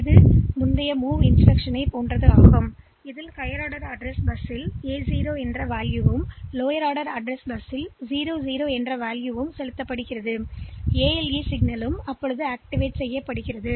எனவே ஒரே விஷயம் என்னவென்றால் A0அட்ரஸ் பஸ்ஸில் உள்ள உயர் ஆர்டர் அட்ரஸ்போன்றது லோயர் ஆர்டர்பஸ்ஸுடன் 00 ஐப்ALE சிக்னல் T1 இல் கொடுக்கப்பட்டுள்ளது